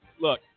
Look